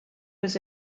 was